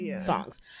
songs